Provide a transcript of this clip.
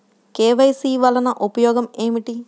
KYC వలన ఉపయోగం ఏమిటీ?